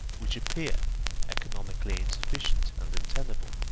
which appear economically insufficient and untenable,